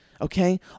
okay